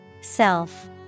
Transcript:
Self